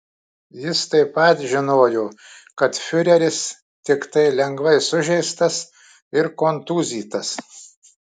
jis taip pat žinojo kad fiureris tiktai lengvai sužeistas ir kontūzytas